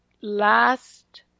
last